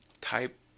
type